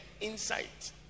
Insight